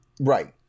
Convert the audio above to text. Right